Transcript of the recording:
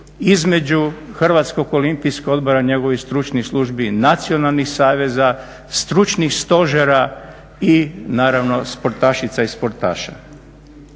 između Hrvatskog olimpijskog odbora i njegovih stručnih službi, nacionalnih saveza, stručnih stožera i naravno sportašica i sportaša.